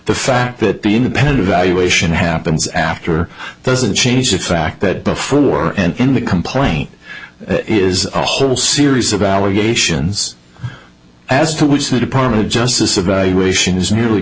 the fact that the independent valuation happens after doesn't change the fact that before and the complaint is a whole series of allegations as to which the department of justice evaluation is merely